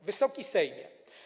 Wysoki Sejmie!